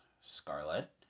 Scarlet